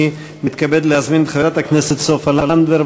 אני מתכבד להזמין את חברת הכנסת סופה לנדבר,